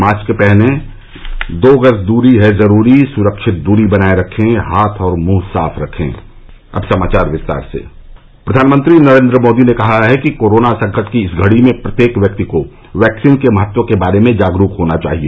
mask पहनें दो गज दूरी है जरूरी सुरक्षित दूरी बनाये रखें हाथ और मुंह साफ रखे अब समाचार विस्तार से प्रधानमंत्री नरेन्द्र मोदी ने कहा है कि कोरोना संकट की इस घड़ी में प्रत्येक व्यक्ति को वैक्सीन के महत्व के बारे में जागरूक होना चाहिए